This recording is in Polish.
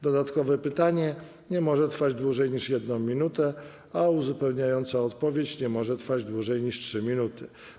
Dodatkowe pytanie nie może trwać dłużej niż 1 minutę, a uzupełniająca odpowiedź nie może trwać dłużej niż 3 minuty.